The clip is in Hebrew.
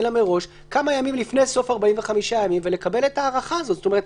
כמה ימים לפני סוף 45 הימים ולקבל את ההארכה הזאת.